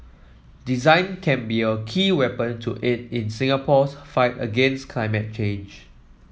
design can be a key weapon to aid in Singapore's fight against climate change